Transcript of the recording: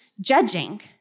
judging